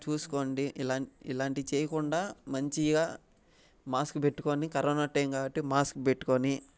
చూసుకోండి ఇలాంటివి చేయకుండా మంచిగా మాస్క్ పెట్టుకొని కరోనా టైమ్ కాబట్టి మాస్క్ పెట్టుకొని